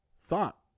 thought